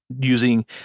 Using